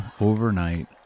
overnight